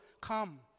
come